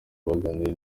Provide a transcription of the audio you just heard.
baganiriye